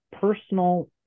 personal